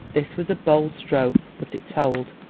this was a bold stroke, but it told.